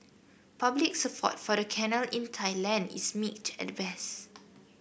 public support for the canal in Thailand is mixed at best